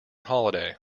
holiday